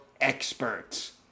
experts